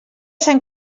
sant